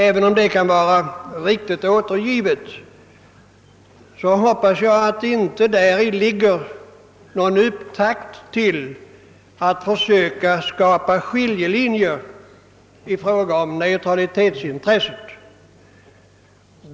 även om detta kan vara riktigt återgivet hoppas jag att inte däri ligger någon upptakt till ett försök att skapa skiljelinjer i fråga om neutralitetsintresset.